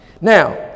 now